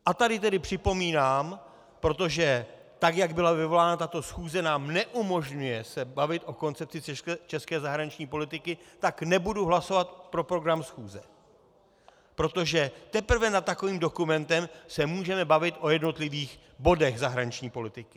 A tady tedy připomínám, protože tak jak byla vyvolána tato schůze, nám neumožňuje se bavit o koncepci české zahraniční politiky, tak nebudu hlasovat pro program schůze, protože teprve nad takovým dokumentem se můžeme bavit o jednotlivých bodech zahraniční politiky.